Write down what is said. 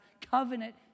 covenant